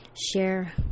share